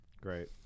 Great